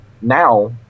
now